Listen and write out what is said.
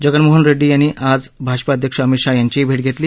जगनमोहन रेड्डी यांनी आज भाजपा अध्यक्ष अमित शहा यांचीही भेट घेतली